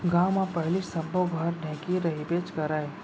गॉंव म पहिली सब्बो घर ढेंकी रहिबेच करय